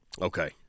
Okay